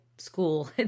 school